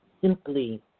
simply